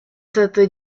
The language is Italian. stato